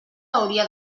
hauria